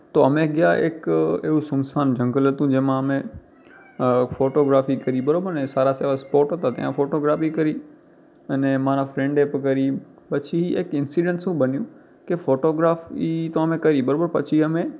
તો અમે ગયા એક એવું સૂમસાન જંગલ હતું જેમાં અમે ફોટોગ્રાફી કરી બરાબરને સારા સારા સ્પોર્ટ હતા ત્યાં ફોટોગ્રાફી કરી અને મારા ફ્રેન્ડે પ કરી પછી એક ઇન્સિડન્સ શું બન્યું કે ફોટોગ્રાફી તો અમે કરી બરાબર પછી અમે